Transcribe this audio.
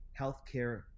healthcare